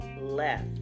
left